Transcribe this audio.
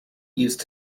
used